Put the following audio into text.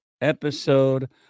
episode